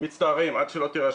מצטערים, עד שלא תירשמו.